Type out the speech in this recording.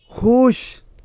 خوش